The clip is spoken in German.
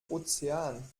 ozean